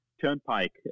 Turnpike